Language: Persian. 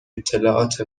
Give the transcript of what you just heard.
اطلاعات